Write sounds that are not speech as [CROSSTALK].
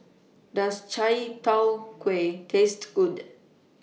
[NOISE] Does Chai Tow Kway Taste Good